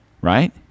right